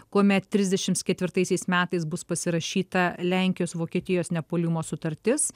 kuomet trisdešimt ketvirtaisiais metais bus pasirašyta lenkijos vokietijos nepuolimo sutartis